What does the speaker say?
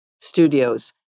Studios